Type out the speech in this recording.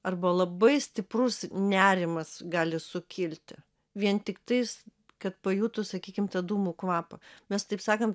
arba labai stiprus nerimas gali sukilti vien tiktais kad pajutus sakykim tą dūmų kvapą mes taip sakant